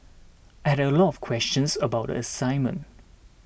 I had a lot of questions about the assignment